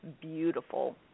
beautiful